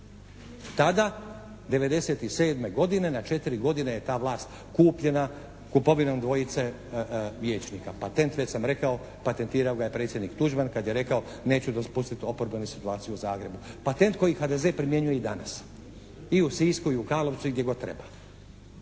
Tada '97. godine na četiri godine je ta vlast kupljena kupovinom dvojice vijećnika. Patent već sam rekao. Patentirao ga je predsjednik Tuđman kada je rekao neću dopustiti oporbenu situaciju u Zagrebu. Patent koji HDZ primjenjuje i danas i u Sisku, i u Karlovcu i gdje god treba.